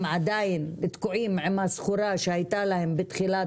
הם עדיין תקועים עם הסחורה שהייתה להם בתחילת